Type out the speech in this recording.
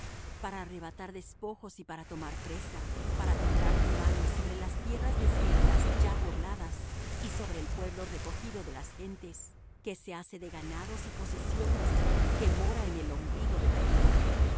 para arrebatar despojos y para tomar presa para tornar tu mano sobre las tierras desiertas ya pobladas y sobre el pueblo recogido de las gentes que se hace de ganados y posesiones que mora en el ombligo de la tierra